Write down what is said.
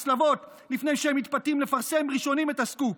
הצלבות, לפני שהם מתפתים לפרסם ראשונים את הסקופ?